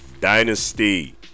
dynasty